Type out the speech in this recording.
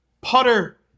putter